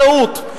טעות.